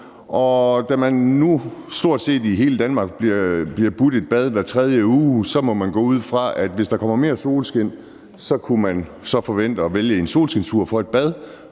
da man nu stort set i hele Danmark bliver tilbudt et bad hver tredje uge, må man gå ud fra, at hvis der kom mere solskin, kunne man forvente, at folk muligvis valgte en solskinstur frem for et bad